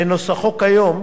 בנוסחו כיום,